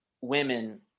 women